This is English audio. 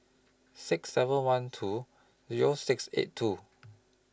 six seven one two Zero six eight two